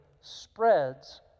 spreads